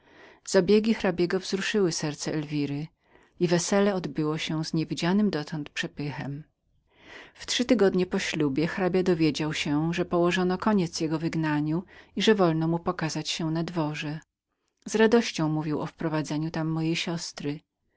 zabiegi hrabiego wzruszyły serce elwiry i wesele odbyło się z niewidzianym dotąd przepychem we trzy tygodnie po ślubie hrabia dowiedział się że położono koniec jego wygnaniu i że wolno mu pokazać się na dworze z radością mówił o wprowadzeniu tam mojej siostry